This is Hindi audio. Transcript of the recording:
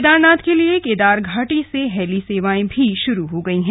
केदारनाथ के लिए केदारघाटी से हेली सेवाएं भी शुरू हो गई हैं